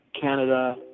Canada